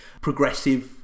progressive